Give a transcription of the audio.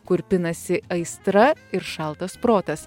kur pinasi aistra ir šaltas protas